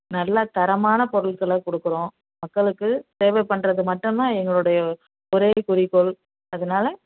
நல்லா தரமான பொருட்களை கொடுக்குறோம் மக்களுக்கு சேவை பண்ணுறது மட்டும்தான் எங்களுடைய ஒரே குறிக்கோள் அதனால